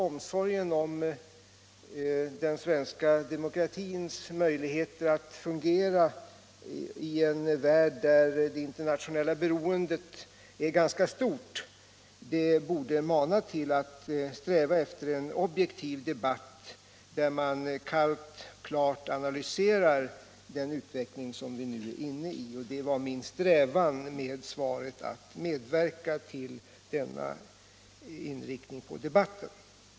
Omsorgen om den svenska demokratins möjligheter att fungera i en värld, där det internationella beroendet är ganska stort, borde mana till att sträva efter en objektiv debatt, där man kallt och klart analyserar den utveckling som vi nu är inne i. Det var strävan med mitt svar att medverka till denna inriktning på debatten.